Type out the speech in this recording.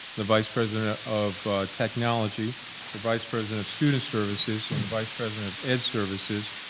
the vice president of technology, the vice president of student services and the vice president of ed services,